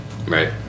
right